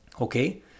okay